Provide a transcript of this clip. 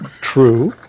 True